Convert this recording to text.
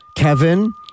Kevin